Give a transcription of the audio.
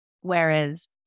Whereas